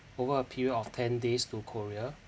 over a period of ten days to korea